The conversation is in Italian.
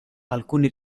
altri